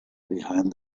behind